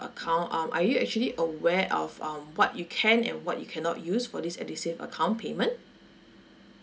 account um are you actually aware of um what you can and what you cannot use for this edusave account payment